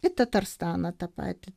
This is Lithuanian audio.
į tatarstaną tą patį